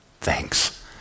thanks